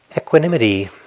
Equanimity